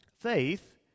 faith